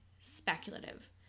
speculative